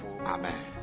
Amen